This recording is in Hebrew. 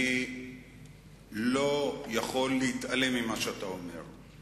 אני לא יכול להתעלם ממה שאתה אומר.